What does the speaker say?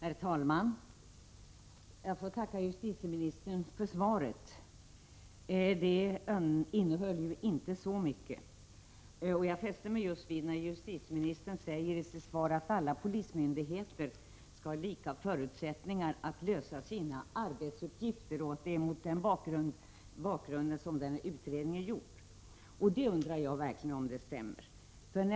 Herr talman! Jag får tacka justitieministern för svaret. Det innehöll ju inte så mycket. Jag fäste mig vid att justitieministern i sitt svar sade att alla polismyndigheter skall ha lika förutsättningar att lösa sina arbetsuppgifter. Det är mot den bakgrunden som rikspolisstyrelsens utredning har gjorts. Jag undrar om det verkligen stämmer.